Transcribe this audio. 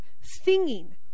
singing